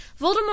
Voldemort